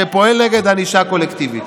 שפועל נגד ענישה קולקטיבית,